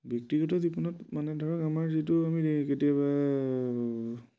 ব্যক্তিগত জীৱনত মানে ধৰক আমাৰ যিটো আমি কেতিয়াবা